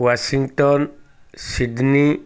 Washington Sydney